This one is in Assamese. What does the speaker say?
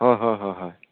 হয় হয় হয় হয়